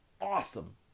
awesome